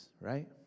right